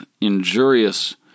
injurious